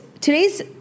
Today's